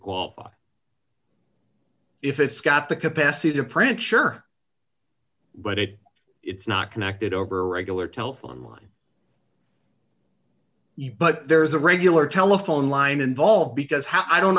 qualify if it's got the capacity to print sure but it it's not connected over regular telephone line you but there's a regular telephone line involved because how i don't